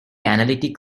analytic